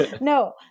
No